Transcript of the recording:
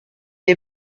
est